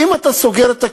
אם אתה סוגר את הכביש,